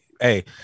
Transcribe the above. hey